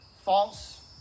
false